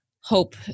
hope